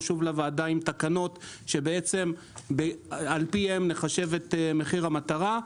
לוועדה עם תקנות שעל פיהם נחשב את מחיר המטרה,